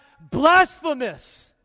blasphemous